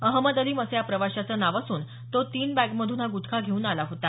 अहमद अलीम असं या प्रवाशाचं नाव असून तो तीन बॅगमधून हा गुटखा घेऊन आला होता